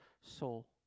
soul